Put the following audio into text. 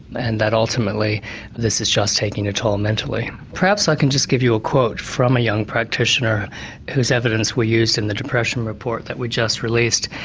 and that ultimately this is just taking a toll mentally. perhaps i can just give you a quote from a young practitioner whose evidence was used in the depression report that we just released.